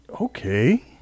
Okay